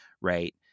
right